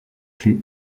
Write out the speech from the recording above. clef